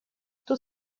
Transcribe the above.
тут